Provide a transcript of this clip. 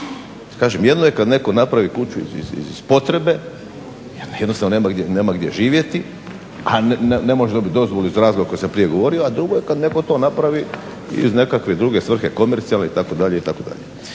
Kažem jedno je kad netko napravi kuću iz potrebe, jer jednostavno nema gdje živjeti, a ne može dobiti dozvolu iz razloga koji sam prije govorio a drugo je kad netko to napravi iz nekakve druge svrhe komercijalne itd.